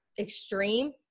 extreme